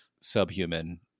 subhuman